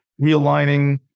realigning